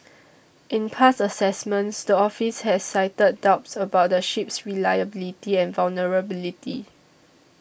in past assessments the office has cited doubts about the ship's reliability and vulnerability